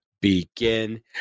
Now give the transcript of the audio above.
begin